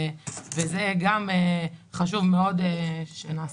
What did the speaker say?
זה גם חשוב מאוד שנעשה.